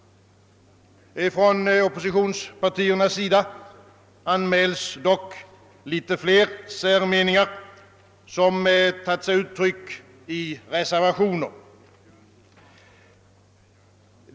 Från oppositionspartierna anmäls dock litet fler särmeningar, som tagit sig uttryck i reservationer.